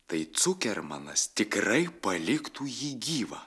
tai cukermanas tikrai paliktų jį gyvą